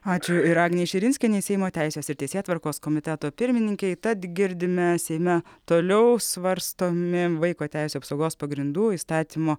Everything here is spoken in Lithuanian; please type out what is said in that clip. ačiū ir agnei širinskienei seimo teisės ir teisėtvarkos komiteto pirmininkei tad girdime seime toliau svarstomi vaiko teisių apsaugos pagrindų įstatymo